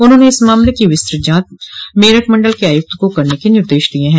उन्होंने इस मामले की विस्तृत जांच मेरठ मंडल के आयुक्त को करने के निर्देष दिये हैं